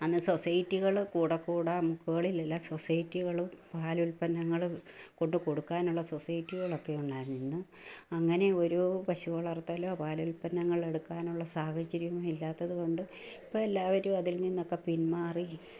അന്ന് സൊസൈറ്റികൾ കൂടെക്കൂടെ മുക്കുകളിലില്ല സൊസൈറ്റികളും പാലുത്പന്നങ്ങളും കൊണ്ടു കൊടുക്കാനുള്ള സൊസൈറ്റികളൊക്കെ ഉണ്ടായിരുന്നു അങ്ങനെ ഒരു പശു വളർത്തലോ പാലുത്പന്നങ്ങൾ എടുക്കാനുള്ള സാഹചര്യം ഇല്ലാത്തതു കൊണ്ട് ഇപ്പോൾ എല്ലാവരും അതിൽ നിന്നൊക്കെ പിന്മാറി